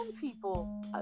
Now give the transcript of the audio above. people